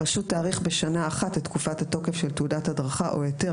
הרשות תאריך בשנה אחת את תקופת התוקף של תעודת הדרכה או היתר